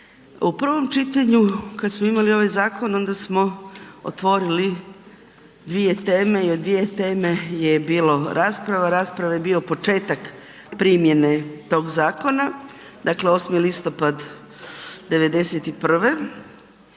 U prvom čitanju kad smo imali ovaj zakon onda smo otvorili dvije teme i o dvije teme je bila rasprava, rasprava je bio početak primjene tog zakona, dakle, 8. listopada 91.